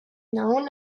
none